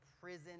prison